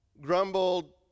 grumbled